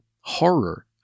horror